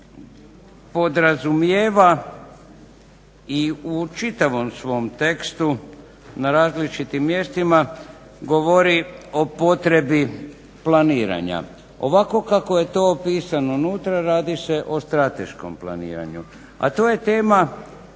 zakon podrazumijeva i u čitavom svom tekstu na različitim mjestima govori o potrebi planiranja. Ovako kako je to opisano unutra radi se o strateškom planiranju, a to je tema